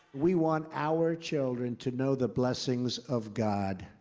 we want our children to know the blessings of god.